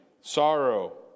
sorrow